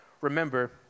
remember